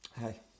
Hi